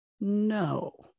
no